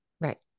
right